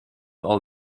all